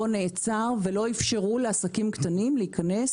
זה לא נעצר, ולא אפשרו לעסקים קטנים להיכנס